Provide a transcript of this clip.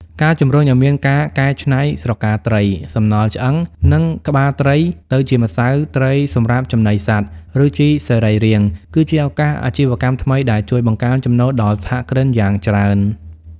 ការជំរុញឱ្យមានការកែច្នៃស្រកាត្រី សំណល់ឆ្អឹង និងក្បាលត្រីទៅជាម្សៅត្រីសម្រាប់ចំណីសត្វ ឬជីសរីរាង្គ គឺជាឱកាសអាជីវកម្មថ្មីដែលជួយបង្កើនចំណូលដល់សហគ្រិនយ៉ាងច្រើន។